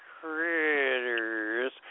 critters